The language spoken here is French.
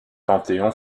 panthéon